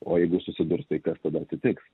o jeigu susidurs tai kas tada atsitiks